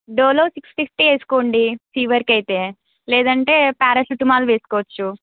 Dolo six fifty వేసుకోండి ఫీవర్కి అయితే లేదంటే పారాసిటమాల్ వేసుకోవచ్చు